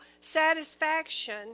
satisfaction